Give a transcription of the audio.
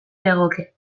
legoke